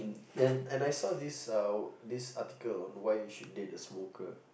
and and I saw this uh this article on why you should date a smoker